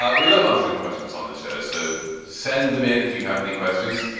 ah we love answering questions on this show. so send them in. if you have any questions,